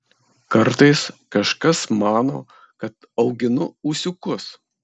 kartais kažkas mano kad auginu ūsiukus